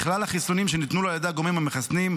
בכלל החיסונים שניתנו לו על ידי הגורמים המחסנים.